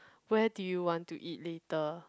where do you want to eat later